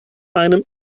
einem